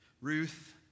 Ruth